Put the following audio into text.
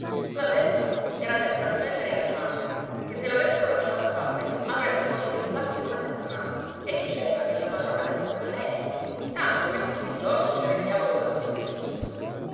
la vespa era sempre a spendere e spandere che se l'avessero lasciata fare avrebbe vuotato il sacco in una settimana e diceva che la padrona adesso era lei tanto che tutti i giorni c'era il diavolo dallo zio crocifisso